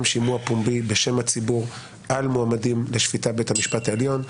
שימוע פומבי בשם הציבור על מועמדים לשפיטה בבית המשפט העליון.